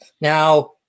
Now